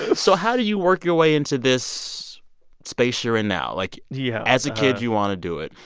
so how do you work your way into this space you're in now? like, yeah as a kid, you want to do it.